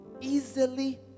easily